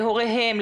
להוריהם,